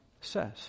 says